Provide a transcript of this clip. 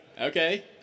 okay